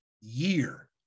year